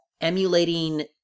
emulating